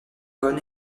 cohn